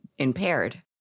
impaired